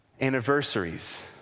anniversaries